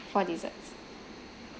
four desserts